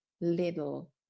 little